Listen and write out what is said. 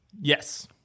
Yes